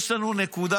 יש לנו נקודה,